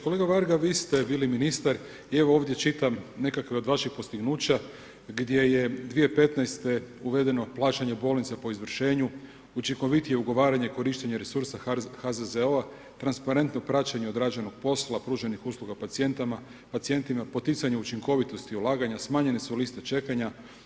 Kolega Varga vi ste bili ministar i evo ovdje čitam nekakve od vaših postignuća gdje je 2015. uvedeno plaćanje bolnica po izvršenju, učinkovitije ugovaranje, korištenje resursa HZZO-a, transparentno praćenje odrađenog posla, pruženih usluga pacijentima, poticanje učinkovitosti i ulaganja, smanjenje su liste čekanja.